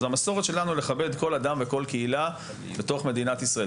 רוצים לכבד כל אדם וכל קהילה בתוך מדינת ישראל.